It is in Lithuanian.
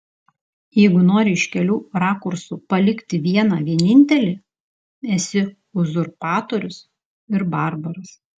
jeigu nori iš kelių rakursų palikti vieną vienintelį esi uzurpatorius ir barbaras